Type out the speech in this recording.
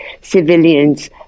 civilians